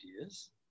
ideas